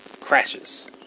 crashes